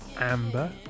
Amber